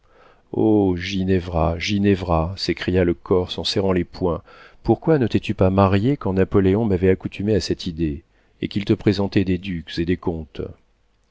o ginevra ginevra s'écria le corse en serrant les poings pourquoi ne t'es-tu pas mariée quand napoléon m'avait accoutumé à cette idée et qu'il te présentait des ducs et des comtes